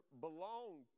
belong